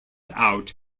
out